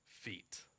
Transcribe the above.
feet